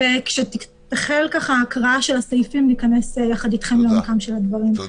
כשתחל הקראת הסעיפים ניכנס יחד אתכם לעומקם של הדברים.